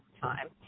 time